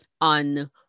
on